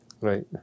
Right